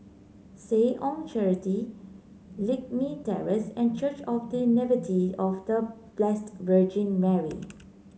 Seh Ong Charity Lakme Terrace and Church of The Nativity of The Blessed Virgin Mary